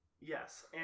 Yes